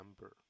number